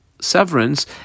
severance